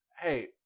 Hey